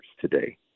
today